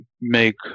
make